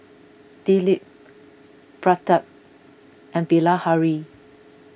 Dilip Pratap and Bilahari